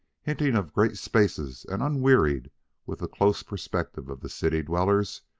hinting of great spaces and unwearied with the close perspective of the city dwellers,